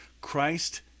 Christ